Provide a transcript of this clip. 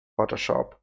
photoshop